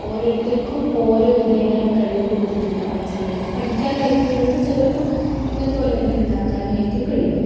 ഓരോത്തർക്കും ഓരോ വിധേനയാണ് കഴിവ് കൊടുത്തിട്ടുണ്ടാവുക ചിലർക്ക് പഠിക്കാനാവും കഴിവ് ചിലർക്ക് ഇങ്ങനത്തെ ഓരോന്ന് ഉണ്ടാക്കാനായിരിക്കും കഴിവ്